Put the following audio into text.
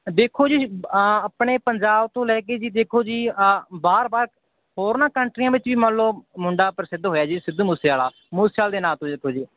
ਦੇਖੋ ਜੀ ਆਪਣੇ ਪੰਜਾਬ ਤੋਂ ਲੈ ਕੇ ਜੀ ਦੇਖੋ ਜੀ ਬਾਹਰ ਬਾਹਰ ਹੋਰਨਾਂ ਕੰਟਰੀਆਂ ਵਿੱਚ ਵੀ ਮੰਨ ਲਓ ਮੁੰਡਾ ਪ੍ਰਸਿੱਧ ਹੋਇਆ ਜੀ ਸਿੱਧੂ ਮੂਸੇਆਲਾ ਮੂਸੇਆਲੇ ਦੇ ਨਾਂ ਤੋਂ ਦੇਖੋ ਜੀ